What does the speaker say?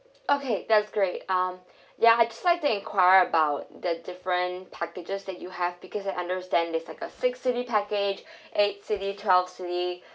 okay that's great um ya I just like to enquire about the different packages that you have because I understand it's like a six city package eight city twelve city